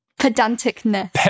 Pedanticness